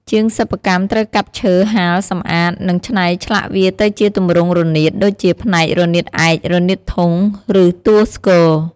ជាងសិប្បកម្មត្រូវកាប់ឈើ ហាល សម្អាត និងច្នៃឆ្លាក់វាទៅជាទម្រង់រនាត ដូចជាផ្នែករនាតឯក រនាតធុង ឬតួស្គរ។